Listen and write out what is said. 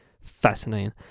Fascinating